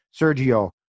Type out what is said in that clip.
Sergio